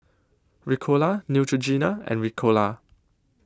Ricola Neutrogena and Ricola